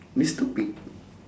this topic